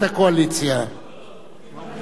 יש שם גם משהו